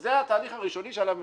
זה התהליך הראשוני שעליו מדובר.